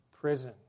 prison